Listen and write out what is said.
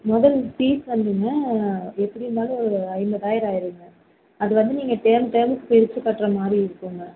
முதல் ஃபீஸ் வந்துங்க எப்படி இருந்தாலும் ஒரு ஐம்பதாயிரம் ஆயிருங்க அது வந்து நீங்கள் டேர்ம் டேர்ம் பிரிச்சு கட்டுற மாதிரி இருக்குங்க